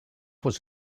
was